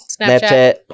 Snapchat